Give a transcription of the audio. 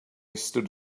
stood